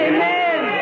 Amen